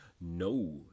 no